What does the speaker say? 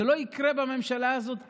זה לא יקרה בממשלה הזאת בכלל.